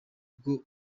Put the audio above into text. ubwo